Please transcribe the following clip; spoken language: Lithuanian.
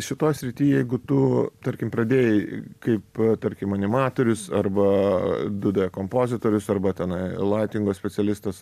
šitoj srity jeigu tu tarkim pradėjai kaip tarkim animatorius arba du d kompozitorius arba tenai laitingo specialistas